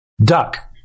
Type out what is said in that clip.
duck